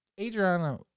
Adriana